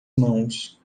mãos